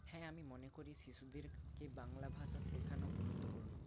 হ্যাঁ আমি মনে করি শিশুদেরকে বাংলা ভাষা শেখানো গুরুত্বপূর্ণ